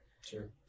Sure